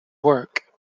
work